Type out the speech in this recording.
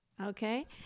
Okay